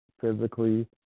physically